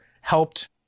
helped